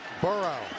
Burrow